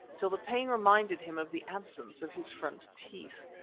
till the pain reminded him of the absence of his front teeth.